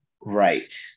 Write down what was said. right